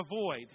avoid